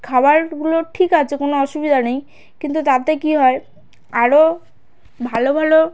খাওয়ারগুলো ঠিক আছে কোনো অসুবিধা নেই কিন্তু তাতে কী হয় আরও ভালো ভালো